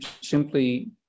simply